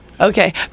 Okay